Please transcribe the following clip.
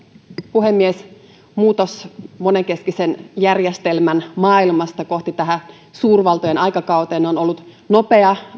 puhemies muutos monenkeskisen järjestelmän maailmasta suurvaltojen aikakauteen on ollut nopea